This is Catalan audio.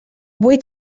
vull